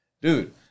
Dude